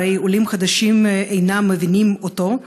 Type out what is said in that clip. הרי עולים חדשים אינם מבינים אותו,